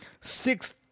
six